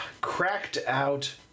cracked-out